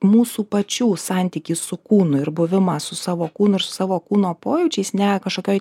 mūsų pačių santykį su kūnu ir buvimą su savo kūnu ir su savo kūno pojūčiais ne kažkokioj